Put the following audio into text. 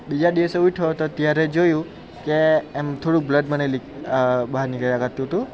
બીજા દિવસે ઉઠ્યો તો ત્યારે જોયું કે એમ થોડું બ્લડ મને લીક બહાર નીકળ્યા કરતુંતું